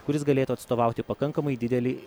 kuris galėtų atstovauti pakankamai didelei